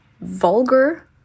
vulgar